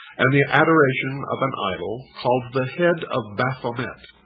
and the adoration of an idol called the head of baphomet.